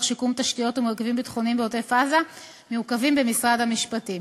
שיקום תשתיות ומרכיבים ביטחוניים בעוטף-עזה מעוכבים במשרד המשפטים.